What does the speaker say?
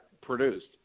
produced